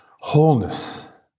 wholeness